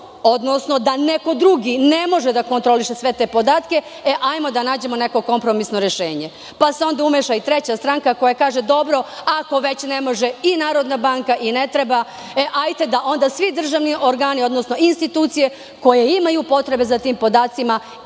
odnosno da neko drugi ne može da kontroliše sve te podatke, hajmo da nađemo neko kompromisno rešenje, pa se onda umeša i treća stranka, koja kaže – dobro ako već ne može i Narodna banka i ne treba, e hajde da onda svi državni organi, odnosno institucije koje imaju potrebe za tim podacima,